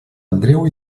andreu